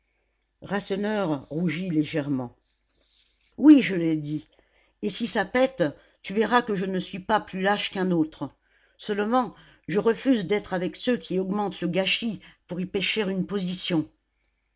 rasseneur rougit légèrement oui je l'ai dit et si ça pète tu verras que je ne suis pas plus lâche qu'un autre seulement je refuse d'être avec ceux qui augmentent le gâchis pour y pêcher une position